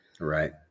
Right